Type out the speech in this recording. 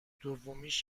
دومیش